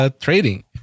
trading